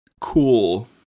cool